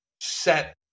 set